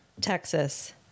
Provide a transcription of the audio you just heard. texas